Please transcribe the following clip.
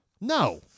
No